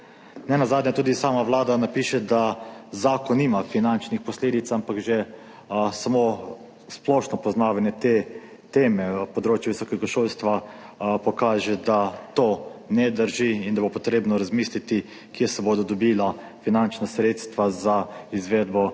Nenazadnje tudi sama Vlada napiše, da zakon nima finančnih posledic, ampak že samo splošno poznavanje te teme na področju visokega šolstva pokaže, da to ne drži in da bo potrebno razmisliti, kje se bodo dobila finančna sredstva za izvedbo tega